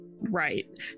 Right